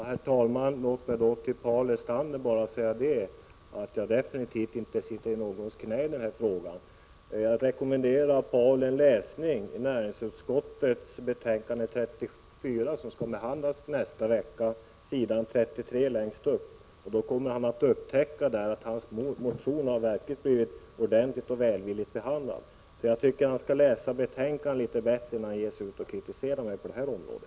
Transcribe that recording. Herr talman! Låt mig säga till Paul Lestander att jag i denna fråga definitivt inte sitter i någons knä. Jag rekommenderar Paul Lestander att läsa i näringsutskottets betänkande nr 34, som skall behandlas nästa vecka, s. 33 längst upp. Han kommer då att upptäcka att hans motion har blivit ordentligt och välvilligt behandlad. Jag tycker han skall läsa betänkandena litet bättre innan han ger sig ut och kritiserar mig på det här området.